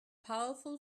powerful